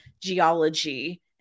geology